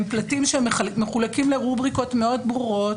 הם פלטים שמחולקים לרובריקות מאוד ברורות.